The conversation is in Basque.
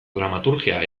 dramaturgia